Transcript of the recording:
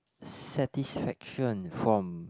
satisfaction from